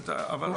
אבל,